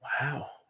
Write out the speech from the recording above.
Wow